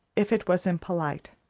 if it was impolite,